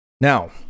Now